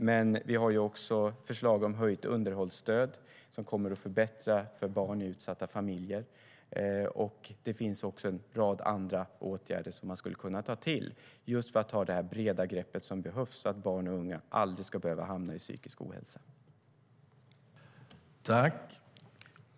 Men vi har också förslag om höjt underhållsstöd, vilket kommer att förbättra för barn i utsatta familjer, och det finns också en rad andra åtgärder som man skulle kunna ta till, just för att ta det breda grepp som behövs för att barn och unga aldrig ska behöva hamna i psykisk ohälsa.